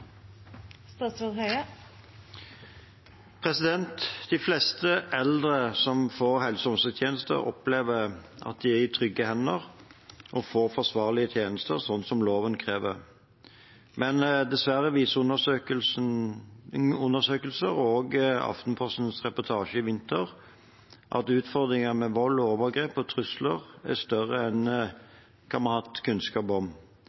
i trygge hender og får forsvarlige tjenester, slik loven krever. Men dessverre viser undersøkelser og Aftenpostens reportasje i vinter at utfordringer med vold, overgrep og trusler er større enn hva vi har hatt kunnskap om.